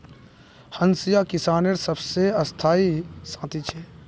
हंसिया किसानेर सबसे स्थाई साथी छे